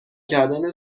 کردن